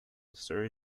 sir